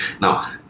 Now